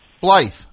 Blythe